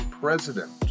president